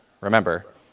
Remember